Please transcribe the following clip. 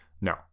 no